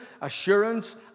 assurance